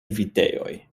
vitejoj